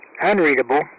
unreadable